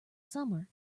summer